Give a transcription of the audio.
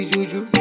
Juju